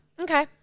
Okay